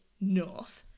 north